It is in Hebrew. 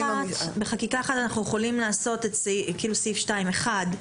בחקיקה אחת אנחנו יכולים לעשות את סעיף 2 (1)